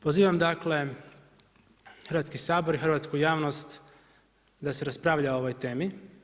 Pozivam dakle, Hrvatski sabor i hrvatsku javnost da se raspravlja o ovoj temi.